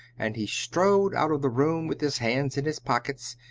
and he strode out of the room with his hands in his pockets,